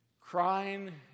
crying